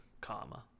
comma